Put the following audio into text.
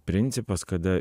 principas kada